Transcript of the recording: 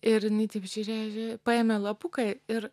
ir jinai taip žiūrėjo žiūrėjo paėmė lapuką ir